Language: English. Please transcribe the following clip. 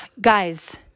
Guys